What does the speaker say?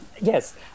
yes